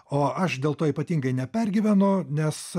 o aš dėl to ypatingai nepergyvenu nes